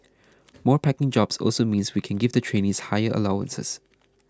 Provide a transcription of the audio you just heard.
more packing jobs also means we can give the trainees higher allowances